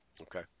Okay